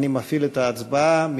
אני מפעיל את ההצבעה.